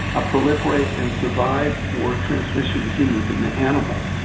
ah proliferate, and survive for transmission to humans and animals.